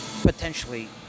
potentially